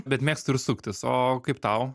bet mėgstu ir suktis o kaip tau